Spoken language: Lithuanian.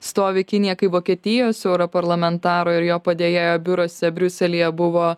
stovi kinija kai vokietijos europarlamentaro ir jo padėjėjo biuruose briuselyje buvo